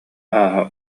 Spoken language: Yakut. ааһа